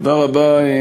חבר הכנסת נסים זאב.